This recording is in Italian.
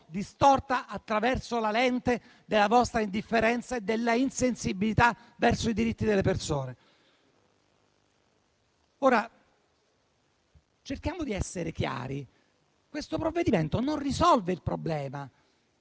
distorta attraverso la lente della vostra indifferenza e dell'insensibilità verso i diritti delle persone. Cerchiamo di essere chiari: questo provvedimento non risolve il problema.